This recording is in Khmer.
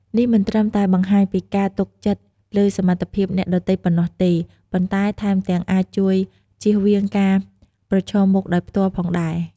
នេះមិនត្រឹមតែបង្ហាញពីការទុកចិត្តលើសមត្ថភាពអ្នកដទៃប៉ុណ្ណោះទេ ប៉ុន្តែថែមទាំងអាចជួយជៀសវាងការប្រឈមមុខដោយផ្ទាល់ផងដែរ។